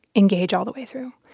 engage all the way through.